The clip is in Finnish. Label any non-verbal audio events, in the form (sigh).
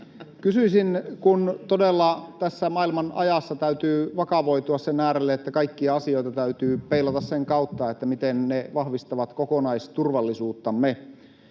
myös. (laughs) Todella tässä maailmanajassa täytyy vakavoitua sen äärelle, että kaikkia asioita täytyy peilata sen kautta, miten ne vahvistavat kokonaisturvallisuuttamme.